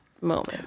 moment